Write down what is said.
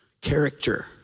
Character